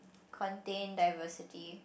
contain diversity